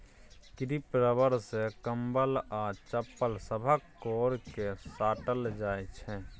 crepe rubber सँ कंबल आ चप्पल सभक कोर केँ साटल जाइ छै